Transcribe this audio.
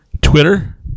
Twitter